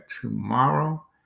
tomorrow